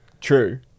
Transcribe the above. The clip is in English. true